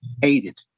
hated